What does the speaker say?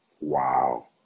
Wow